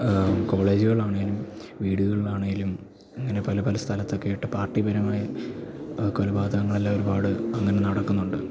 കോളേജ്കളിൽ ആണേലും വീടുകളിൽ ആണേലും അങ്ങനെ പല പല സ്ഥലത്തൊക്കെയായിട്ട് പാർട്ടിപരമായ കൊലപാതങ്ങളെല്ലാം ഒരുപാട് അങ്ങനെ നടക്കുന്നുണ്ട്